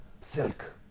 Silk